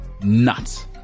nuts